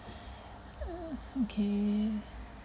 err okay